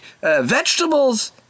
vegetables